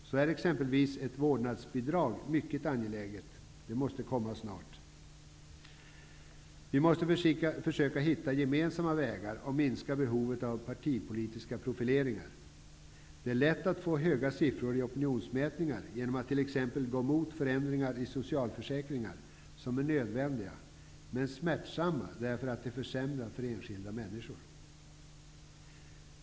Ett vårdnadsbidrag är exem pelvis mycket angeläget. Det måste komma snart. Vi måste försöka hitta gemensamma vägar och minska behovet av partipolitiska profileringar. Det är lätt att få höga siffror i opinionsmätningar genom att t.ex. gå emot förändringar i socialför säkringar, som är nödvändiga men smärtsamma, därför att de försämrar för enskilda människor.